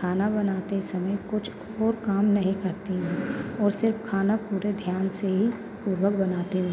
खाना बनाते समय कुछ और काम नहीं करती हूँ और सिर्फ खाना पूरे ध्यान से ही पूर्वक बनाती हूँ